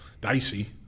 dicey